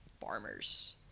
farmers